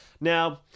now